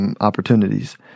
opportunities